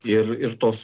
ir ir tos